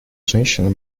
женщина